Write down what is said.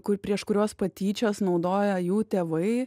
kur prieš kuriuos patyčias naudoja jų tėvai